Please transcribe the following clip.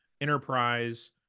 Enterprise